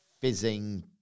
fizzing